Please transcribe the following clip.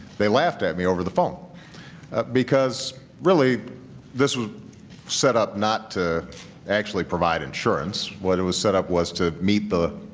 they laughed at me over the phone because really this was set up not to actually provide insurance what it was set up was to meet the